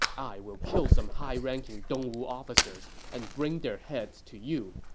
i will kill some high-ranking dongwu officers and bring their heads to you.